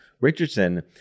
Richardson